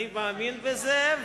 אתה לא מאמין בזה.